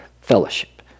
fellowship